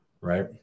right